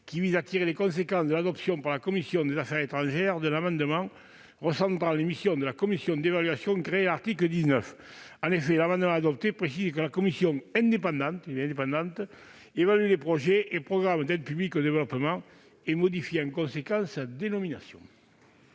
pour objet de tirer les conséquences de l'adoption par la commission des affaires étrangères d'un amendement visant à recentrer les missions de la commission d'évaluation, créée à l'article 9. En effet, l'amendement adopté tend à préciser que la commission indépendante évalue les projets et programmes d'APD et à modifier en conséquence sa dénomination.